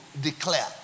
declare